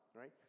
right